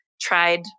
tried